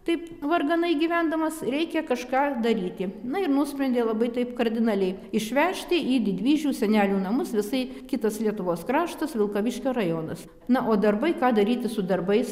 taip varganai gyvendamas reikia kažką daryti na ir nusprendė labai taip kardinaliai išvežti į didvyžių senelių namus visai kitas lietuvos kraštas vilkaviškio rajonas na o darbai ką daryti su darbais